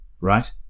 Right